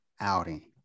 outing